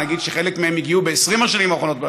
נגיד שחלק מהם הגיעו ב-20 השנים האחרונות,